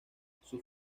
sus